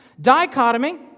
Dichotomy